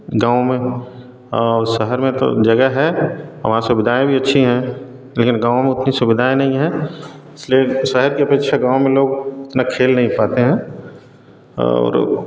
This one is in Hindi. गाँव में और शहर में तो जगह है वहाँ सुविधाएँ भी अच्छी हैं लेकिन गाँव में उतनी सुविधाएँ नहीं है इसलिए शहर की अपेक्षा गाँव में लोग उतना खेल नहीं पाते हैं और